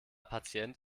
patient